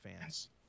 fans